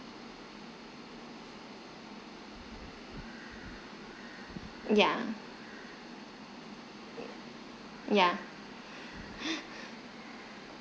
yeah yeah